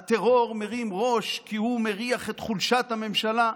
הטרור מרים ראש כי הוא מריח את חולשת הממשלה.